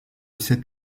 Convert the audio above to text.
cette